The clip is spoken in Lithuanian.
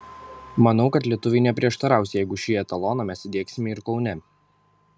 manau kad lietuviai neprieštaraus jeigu šį etaloną mes įdiegsime ir kaune